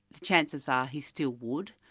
the chances are he still would,